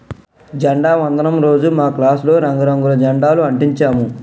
జెండా వందనం రోజు మా క్లాసులో రంగు రంగుల జెండాలు అంటించాము